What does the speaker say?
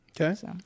Okay